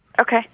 okay